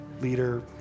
leader